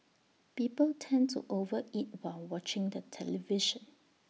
people tend to over eat while watching the television